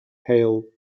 pale